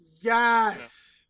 Yes